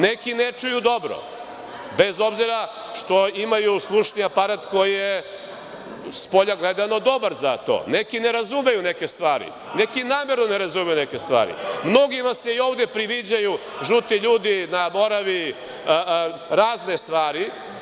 Neki ne čuju dobro, bez obzira što imaju slušni aparat koji je, spolja gledano, dobar za to, neki ne razumeju neke stvari, neki namerno ne razumeju neke stvari, mnogima se i ovde priviđaju žuti ljudi na Moravi, razne stvari.